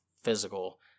physical